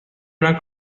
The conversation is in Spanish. una